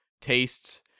tastes